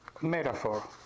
metaphor